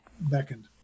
beckoned